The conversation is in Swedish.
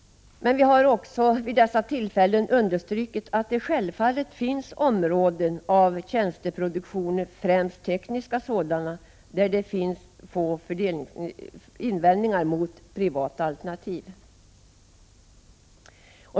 Vi har vid dessa tillfällen emellertid även understrukit att det självfallet finns områden av tjänsteproduktioner, främst tekniska, där det finns få invändningar mot privata alternativ.